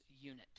unit